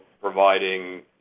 providing